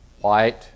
white